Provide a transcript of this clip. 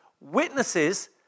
witnesses